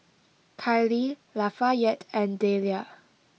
Kiley Lafayette and Dellia